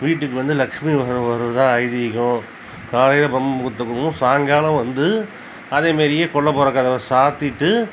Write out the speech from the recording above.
வீட்டுக்கு வந்து லட்சுமி வர்றதாக ஐதீகம் காலையில பிரம்ம முகூர்த்தக்குள்ளே சாயங்காலம் வந்து அதேமாரியே கொல்லைப்புற கதவை சாற்றிட்டு